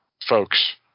folks